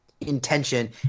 intention